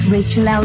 Rachel